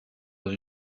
dans